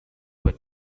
were